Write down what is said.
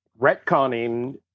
retconning